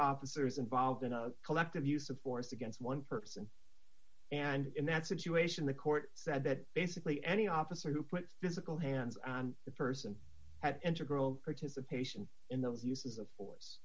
officers involved in a collective use of force against one person and in that situation the court said that basically any officer who physical hands on the person had integral participation in those uses of force